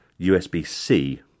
USB-C